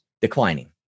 declining